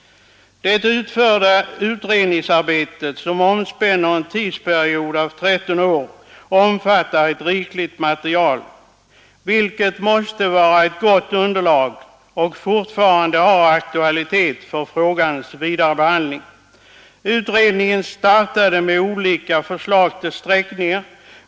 Det utförda utredningsarbetet, som omspänner en tidsperiod av 13 år, omfattar ett rikligt material, vilket måste vara ett gott underlag och fortfarande ha aktualitet för frågans vidare behandling. Utredningen startade med olika förslag till sträckningar.